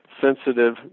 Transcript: sensitive